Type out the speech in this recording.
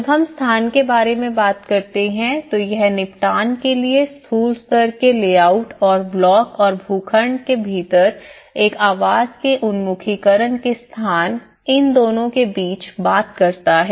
जब हम स्थान के बारे में बात करते हैं तो यह निपटान के लिए स्थूल स्तर के लेआउट और ब्लॉक और भूखंड के भीतर एक आवास के उन्मुखीकरण के स्थान इन दोनों के बीच की बात करता है